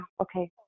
okay